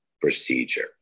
procedure